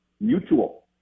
mutual